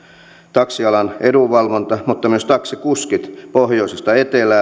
taksialan edunvalvonta mutta myös taksikuskit pohjoisesta etelään